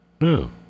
No